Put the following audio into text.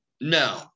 No